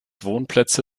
wohnplätze